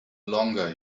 longer